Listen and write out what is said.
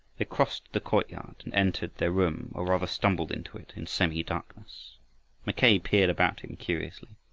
they crossed the courtyard and entered their room, or rather stumbled into it, in semi-darkness mackay peered about him curiously.